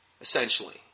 essentially